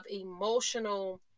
emotional